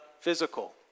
physical